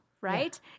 right